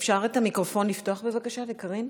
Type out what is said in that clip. אפשר לפתוח את המיקרופון, בבקשה, לקארין?